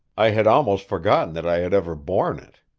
i had almost forgotten that i had ever borne it.